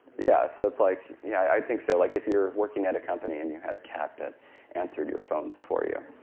yeah so like yeah, i think so. like if you're working at a company and you had a cat that answered your phones for you.